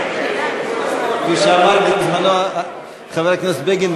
כפי שאמר בזמנו חבר הכנסת בגין,